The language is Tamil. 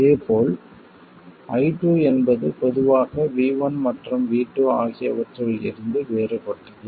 இதேபோல் I2 என்பது பொதுவாக V1 மற்றும் V2 ஆகியவற்றில் இருந்து வேறுபட்டது